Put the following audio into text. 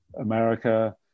America